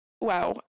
wow